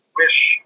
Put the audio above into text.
wish